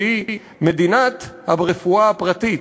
שהיא מדינת הרפואה הפרטית,